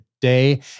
day